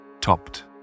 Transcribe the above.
topped